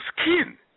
skin